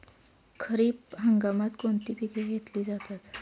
खरीप हंगामात कोणती पिके घेतली जातात?